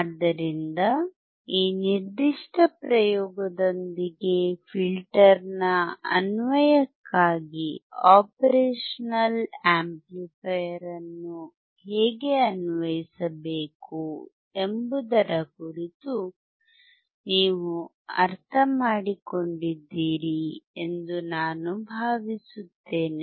ಆದ್ದರಿಂದ ಈ ನಿರ್ದಿಷ್ಟ ಪ್ರಯೋಗದೊಂದಿಗೆ ಫಿಲ್ಟರ್ನ ಅನ್ವಯಕ್ಕಾಗಿ ಆಪರೇಷನಲ್ ಆಂಪ್ಲಿಫೈಯರ್ ಅನ್ನು ಹೇಗೆ ಅನ್ವಯಿಸಬೇಕು ಎಂಬುದರ ಕುರಿತು ನೀವು ಅರ್ಥಮಾಡಿಕೊಂಡಿದ್ದೀರಿ ಎಂದು ನಾನು ಭಾವಿಸುತ್ತೇನೆ